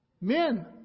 Men